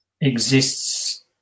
exists